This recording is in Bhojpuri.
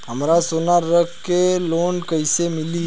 हमरा सोना रख के लोन कईसे मिली?